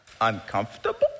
uncomfortable